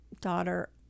daughter